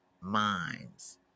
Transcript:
minds